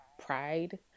pride